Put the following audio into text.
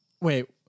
Wait